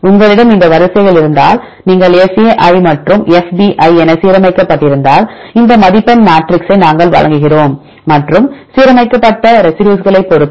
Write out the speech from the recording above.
உங்களிடம் இந்த வரிசைகள் இருந்தால் நீங்கள் fa மற்றும் fb என சீரமைக்கப்பட்டிருந்தால் இந்த மதிப்பெண் மேட்ரிக்ஸை நாங்கள் வழங்குகிறோம் மற்றும் சீரமைக்கப்பட்ட ரெசிடியூஸ்களைப் பொறுத்து